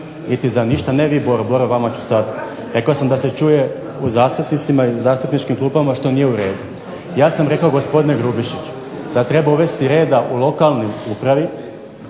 niti za ništa. Ne vi Boro, vama ću sada. Rekao sam da se čuje u zastupnicima i u zastupničkim klupama što nije uredu. Ja sam rekao gospodine Grubišiću da treba uvesti reda u lokalnoj upravi,